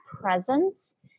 presence